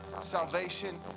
Salvation